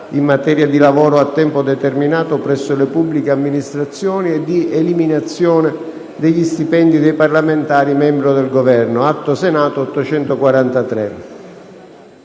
in materia di lavoro a tempo determinato presso le pubbliche amministrazioni e di eliminazione degli stipendi dei parlamentari membri del Governo*** *(Approvato